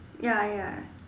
ya ya